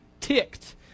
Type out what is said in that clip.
ticked